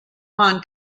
upon